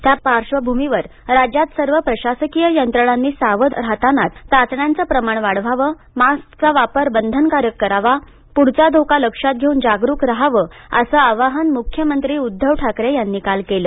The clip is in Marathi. त्या पार्श्वभूमीवर राज्यात सर्व प्रशासकीय यंत्रणांनी सावध राहतानाच चाचण्यांचं प्रमाण वाढवावं मास्कचा वापर बंधनकारक करावा पुढचा धोका लक्षात घेऊन जागरुक राहावं असं आवाहन मुख्यमंत्री उद्धव ठाकरे यांनी काल केलं